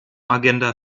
agenda